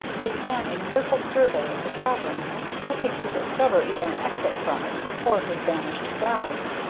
he began a careful survey of the cavern hoping to discover either an exit from it or his vanished guide.